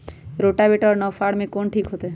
Rotavator और नौ फ़ार में कौन ठीक होतै?